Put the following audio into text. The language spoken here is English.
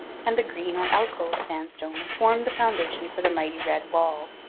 and the green or alcove sandstone form the foundation for the mighty red wall.